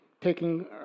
taking